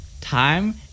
Time